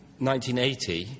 1980